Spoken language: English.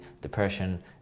depression